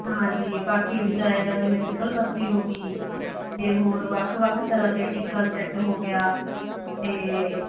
ਹਾਂਜੀ ਬਾਕੀ ਡਿਜ਼ਾਈਨ ਆ ਜਿਵੇਂ ਪਿੱਪਲ ਪੱਤੀ ਹੋ ਗੀ ਤੇ ਹੋਰ ਵੱਖ ਵੱਖ ਤਰ੍ਹਾਂ ਦੇ ਟਿੱਕਾ ਸੈੱਟ ਹੋ ਗਿਆ ਤੇ